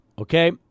okay